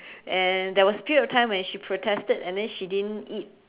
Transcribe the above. and there was a period of time where she protested and then she didn't eat